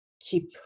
keep